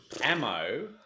ammo